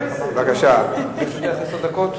דנו בוועדת הכנסת.